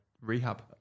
rehab